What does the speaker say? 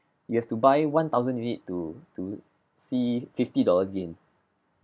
you have to buy one thousand units to to see fifty dollars gain